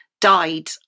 died